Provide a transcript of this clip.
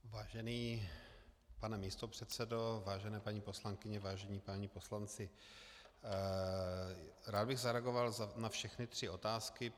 Vážený pane místopředsedo, vážená paní poslankyně, vážení páni poslanci, rád bych zareagoval na všechny tři otázky.